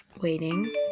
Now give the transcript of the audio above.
Waiting